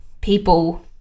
people